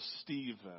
Stephen